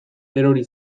erori